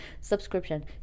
Subscription